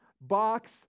box